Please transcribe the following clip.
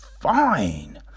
fine